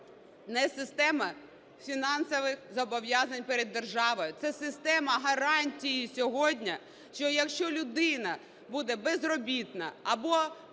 не система фінансових зобов'язань перед державою, це система гарантій сьогодні, що якщо людина буде безробітна або потрапить